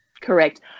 Correct